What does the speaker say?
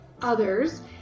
others